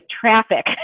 traffic